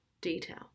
detail